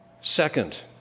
Second